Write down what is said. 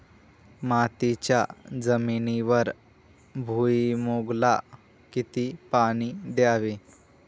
मातीच्या जमिनीवर भुईमूगाला किती पाणी द्यावे?